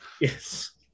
Yes